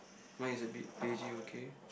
mine is a bit beigey okay